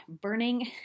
burning